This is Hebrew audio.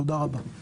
תודה רבה.